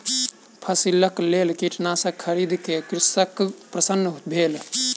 फसिलक लेल कीटनाशक खरीद क कृषक प्रसन्न भेल